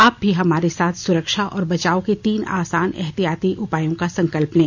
आप भी हमारे साथ सुरक्षा और बचाव के तीन आसान एहतियाती उपायों का संकल्प लें